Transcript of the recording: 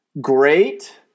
great